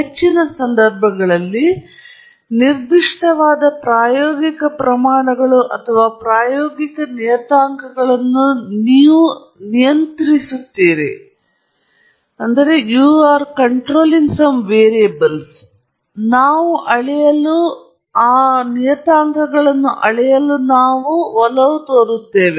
ಹೆಚ್ಚಿನ ಸಂದರ್ಭಗಳಲ್ಲಿ ನಿರ್ದಿಷ್ಟವಾದ ಪ್ರಾಯೋಗಿಕ ಪ್ರಮಾಣಗಳು ಅಥವಾ ಪ್ರಾಯೋಗಿಕ ನಿಯತಾಂಕಗಳನ್ನು ನಾವು ನಿಯಂತ್ರಿಸುತ್ತೇವೆ ಅಥವಾ ನಾವು ಅಳೆಯಲು ಒಲವು ತೋರುತ್ತೇವೆ